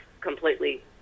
completely